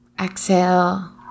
Exhale